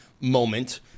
moment